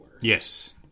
Yes